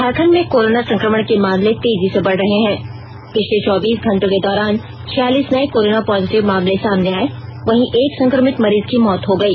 झारखंड में कोरोना संक्रमण के मामले तेजी से बढ़ रहे हैं पिछले चौबीस घंटों के दौरान छियालीस नए कोरोना पॉजिटिव मामले सामने आए वहीं एक संक्रमित मरीज की मौत हो गई